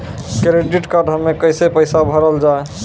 Credit card हम्मे कैसे पैसा भरल जाए?